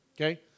Okay